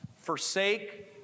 forsake